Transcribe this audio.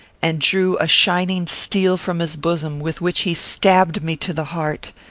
and drew a shining steel from his bosom, with which he stabbed me to the heart.